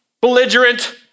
belligerent